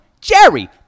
Jerry